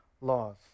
laws